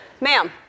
Ma'am